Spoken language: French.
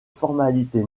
formalité